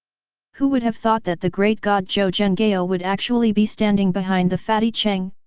who would have thought that the great god zhou zhenghao ah would actually be standing behind the fatty cheng,